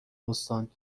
استان